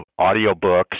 audiobooks